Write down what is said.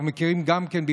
אנחנו מכירים גם כן,